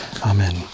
Amen